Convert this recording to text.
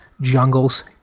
jungles